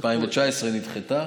2019 דחתה.